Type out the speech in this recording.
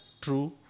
true